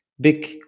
big